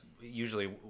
usually